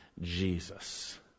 Jesus